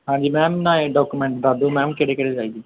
ਹਾਂਜੀ ਮੈਮ ਬਣਾਏ ਡੋਕੂਮੈਂਟ ਦਸ ਦਿਉ ਮੈਮ ਕਿਹੜੇ ਕਿਹੜੇ ਚਾਹੀਦੇ